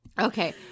okay